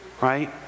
Right